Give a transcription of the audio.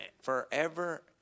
forever